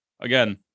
again